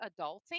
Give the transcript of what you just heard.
adulting